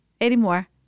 anymore